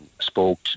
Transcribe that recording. spoke